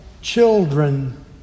children